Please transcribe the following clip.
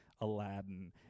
Aladdin